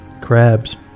crabs